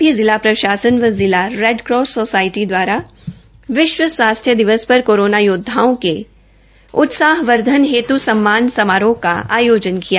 पलवल में भी जिला प्रशासन व जिला रेडक्रास सोसायटभ दवारा विश्व स्वास्थ्य दिवस पर कोरोना योद्धाओं के उत्साहवर्धन हेतु सम्मान समारोह का आयोजन किया गया